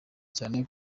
cyane